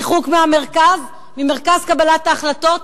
ריחוק ממרכז קבלת ההחלטות,